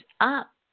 up